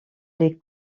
les